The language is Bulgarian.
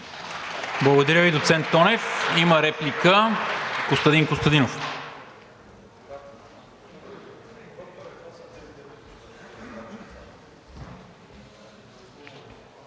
Благодаря Ви, доцент Тонев. Има реплика. Костадин Костадинов.